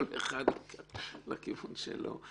כל אחד לוקח לכיוון שלו.